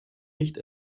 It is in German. nicht